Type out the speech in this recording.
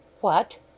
What